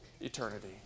eternity